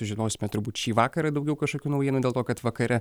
sužinosime turbūt šį vakarą daugiau kažkokių naujienų dėl to kad vakare